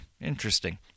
interesting